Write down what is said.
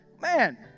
Man